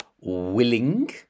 willing